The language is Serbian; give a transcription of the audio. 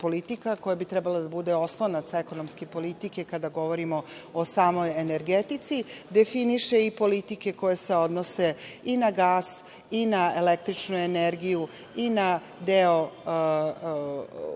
koja bi trebala da bude oslonac ekonomske politike kada govorimo o samoj energetici, definiše i politike koje se odnose i na gas i na električnu energiju i na deo nafte,